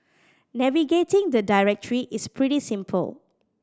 navigating the directory is pretty simple